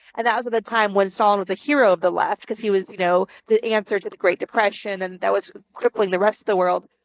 and that was at the time when stalin was a hero of the left cause he was, you know, the answer to the great depression and that was crippling the rest of the world.